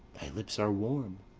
thy lips are warm!